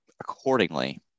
accordingly